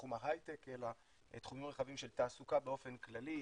בתחום ההייטק אלא תחומים רחבים של תעסוקה באופן כללי,